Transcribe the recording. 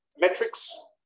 metrics